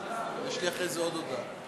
יש לי אחרי זה עוד הודעה.